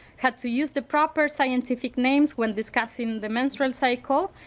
had to use the proper scientific names when discussing the menstrual cycle,